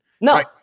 No